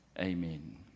amen